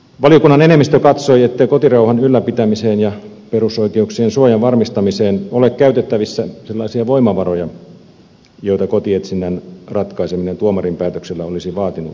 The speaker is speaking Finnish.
valiokunnan enemmistö katsoi ettei kotirauhan ylläpitämiseen ja perusoikeuksien suojan varmistamiseen ole käytettävissä sellaisia voimavaroja joita kotietsinnän ratkaiseminen tuomarin päätöksellä olisi vaatinut